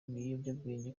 ibiyobyabwenge